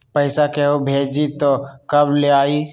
पैसा केहु भेजी त कब ले आई?